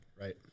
right